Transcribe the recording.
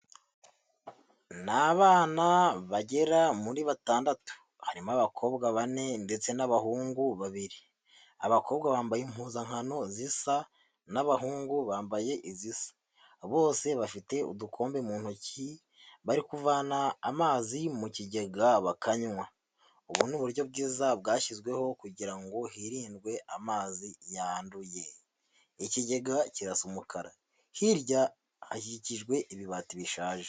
Ni abana bagera muri batandatu, harimo abakobwa bane ndetse n'abahungu babiri. Abakobwa bambaye impuzankano zisa n'abahungu bambaye izisa. Bose bafite udukombe mu ntoki, bari kuvana amazi mu kigega bakanywa. Ubu ni uburyo bwiza bwashyizweho kugira ngo hirindwe amazi yanduye. Ikigega kirasa umukara, hirya hakikijwe ibibati bishaje.